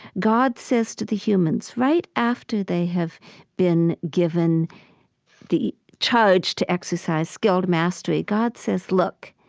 god says to the humans right after they have been given the charge to exercise skilled mastery, god says, look,